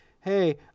hey